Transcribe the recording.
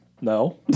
No